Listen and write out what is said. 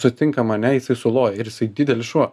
sutinka mane jisai suloja ir jisai didelis šuo